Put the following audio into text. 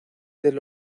del